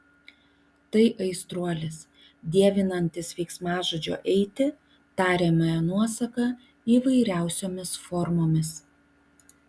tai aistruolis dievinantis veiksmažodžio eiti tariamąją nuosaką įvairiausiomis formomis